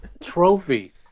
trophy